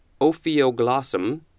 Ophioglossum